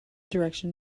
direction